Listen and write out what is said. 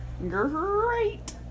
Great